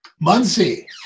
Muncie